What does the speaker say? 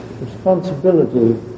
responsibility